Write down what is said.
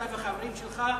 אתה והחברים שלך,